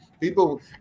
People